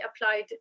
applied